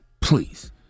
please